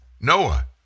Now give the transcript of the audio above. Noah